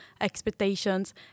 expectations